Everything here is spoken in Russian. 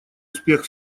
успех